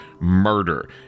murder